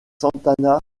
santana